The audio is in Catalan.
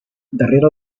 darrere